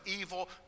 evil